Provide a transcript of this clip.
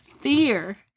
Fear